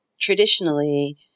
Traditionally